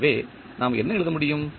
எனவே நாம் என்ன எழுத முடியும்